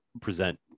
present